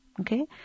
okay